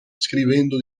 scrivendo